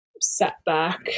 setback